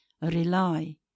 rely